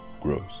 grows